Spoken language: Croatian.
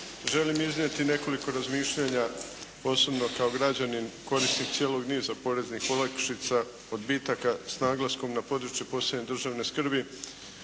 Želim iznijeti nekoliko razmišljanja osobno kao građanin korisnik cijelog niza poreznih olakšica, odbitaka s naglaskom na područje posebne državne skrbi